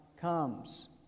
comes